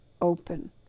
open